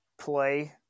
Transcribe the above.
play